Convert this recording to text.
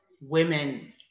women